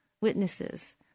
witnesses